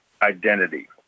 Identity